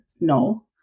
No